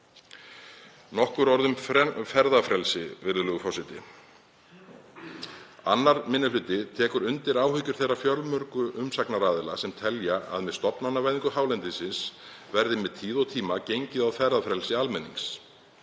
nokkur orð um ferðafrelsi, virðulegur forseti. 2. minni hluti tekur undir áhyggjur þeirra fjölmörgu umsagnaraðila sem telja að með stofnanavæðingu hálendisins verði með tíð og tíma gengið á ferðafrelsi almennings.